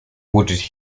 wood